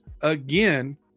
again